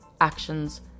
actions